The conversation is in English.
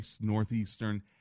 northeastern